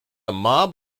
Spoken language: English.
mob